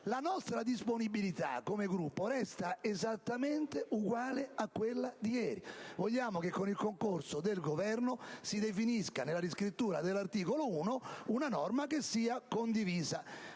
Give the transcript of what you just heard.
La nostra disponibilità come Gruppo resta esattamente uguale a quella espressa ieri. Vogliamo che con il concorso del Governo si definisca, nella riscrittura dell'articolo 1, una norma condivisa.